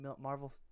Marvel